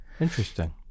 interesting